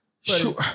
Sure